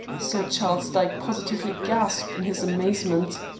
sir charles dyke positively gasped in his amazement.